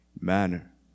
manner